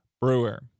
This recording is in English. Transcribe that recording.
Brewer